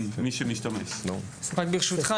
מי שמשתמש הוא In. ברשותך,